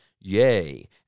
yea